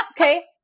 Okay